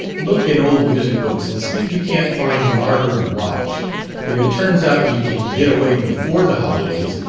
look in old music-books and see if you can't find larboard watch if it turns out you can get away before the holidays,